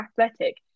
Athletic